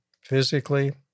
physically